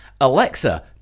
Alexa